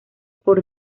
por